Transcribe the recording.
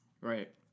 Right